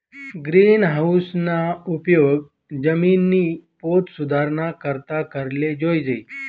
गिरीनहाऊसना उपेग जिमिननी पोत सुधाराना करता कराले जोयजे